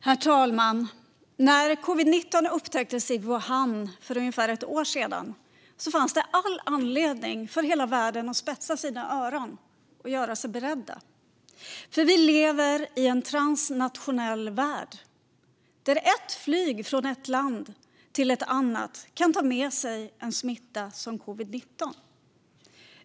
Herr talman! När covid-19 upptäcktes i Wuhan för ungefär ett år sedan fanns det all anledning för hela världen att spetsa sina öron och göra sig beredda. Vi lever nämligen i en transnationell värld, där ett flyg från ett land till ett annat kan ta med sig en smitta som covid-19.